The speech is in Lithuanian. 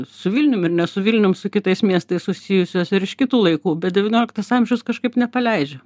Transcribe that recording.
su vilnium ir ne su vilnium su kitais miestais susijusios ir iš kitų laikų bet devynioliktas amžius kažkaip nepaleidžia